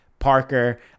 Parker